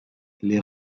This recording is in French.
les